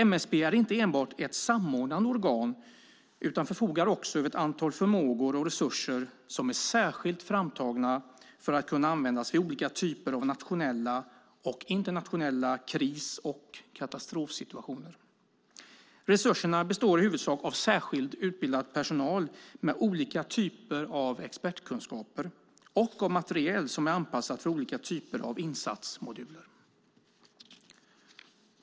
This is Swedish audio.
MSB är inte enbart ett samordnande organ utan förfogar också över ett antal förmågor och resurser som är särskilt framtagna för att kunna användas vid olika typer av nationella och internationella kris och katastrofsituationer. Resurserna består i huvudsak av särskilt utbildad personal med olika typer av expertkunskaper och av materiel som är anpassat för olika typer av insatsmoduler.